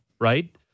right